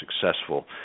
successful